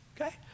Okay